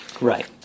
Right